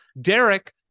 Derek